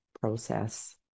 process